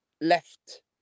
left